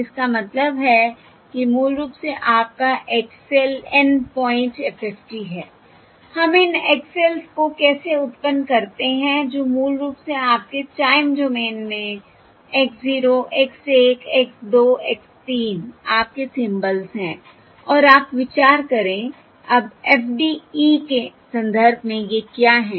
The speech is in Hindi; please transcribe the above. जिसका मतलब है कि मूल रूप से आपका X l N point FFT है हम इन X ls को कैसे उत्पन्न करते हैं जो मूल रूप से आपके टाइम डोमेन में x 0 x 1 x 2 x 3 आपके सिंबल्स हैं और आप विचार करें अब FDE के संदर्भ में ये क्या हैं